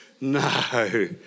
no